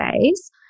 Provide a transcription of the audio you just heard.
days